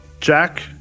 Jack